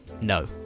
No